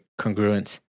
congruence